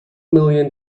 million